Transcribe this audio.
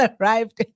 arrived